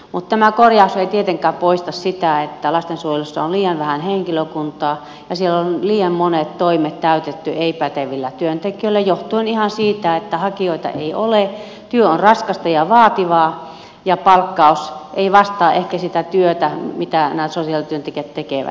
mutta tämä korjaus ei tietenkään poista sitä että lastensuojelussa on liian vähän henkilökuntaa ja siellä on liian monet toimet täytetty ei pätevillä työntekijöillä johtuen ihan siitä että hakijoita ei ole työ on raskasta ja vaativaa ja palkkaus ei vastaa ehkä sitä työtä mitä nämä sosiaalityöntekijät tekevät